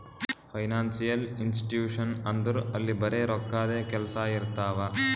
financial institution ಅಂದುರ್ ಅಲ್ಲಿ ಬರೆ ರೋಕ್ಕಾದೆ ಕೆಲ್ಸಾ ಇರ್ತಾವ